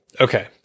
Okay